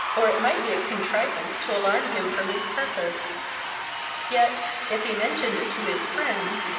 or it might be a contrivance to alarm him from his purpose yet, if he mentioned it to his friend,